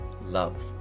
love